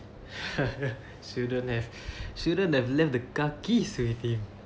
shouldn't have shouldn't have left the car keys with him